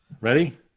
Ready